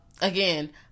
Again